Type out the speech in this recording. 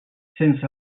sent